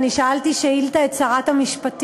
אני שאלתי שאילתה את שרת המשפטים,